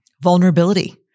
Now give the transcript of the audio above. vulnerability